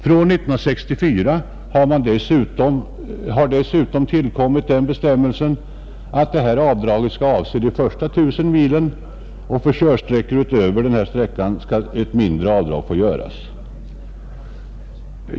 Från 1964 har dessutom den bestämmelsen tillkommit, att detta avdrag skall avse de första 1 000 milen och att för körsträckor därutöver ett mindre avdrag skall få göras.